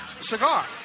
Cigar